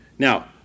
Now